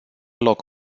loc